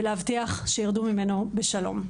ולהבטיח שירדו ממנו בשלום.